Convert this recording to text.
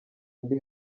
ndi